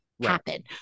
happen